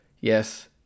yes